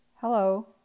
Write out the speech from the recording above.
Hello